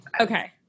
Okay